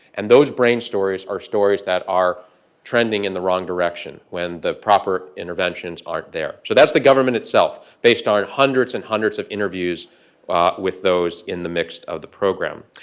and those brain stories are stories that are trending in the wrong direction when the proper interventions aren't there. so that's the government itself based on hundreds and hundreds of interviews with those in the midst of the program.